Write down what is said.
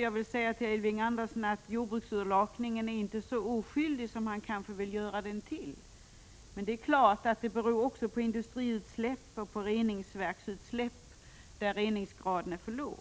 Jag vill säga till Elving Andersson att jordbruksurlakningen inte är så oskyldig som han kanske vill göra den till. Men det är klart att försämringen också beror på industriutsläpp och på reningsverksutsläpp, där reningsgraden är för låg.